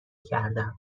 کردم